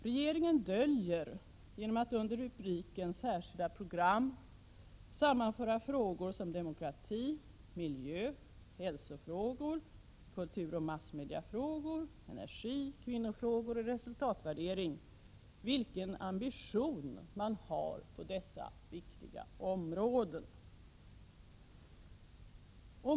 Regeringen döljer, genom att under rubriken Särskilda program sammanföra frågor som demokrati, miljö, hälsofrågor, kulturoch massmediafrågor, energi, kvinnofrågor och resultatvärdering, vilken ambition man har på dessa viktiga områden.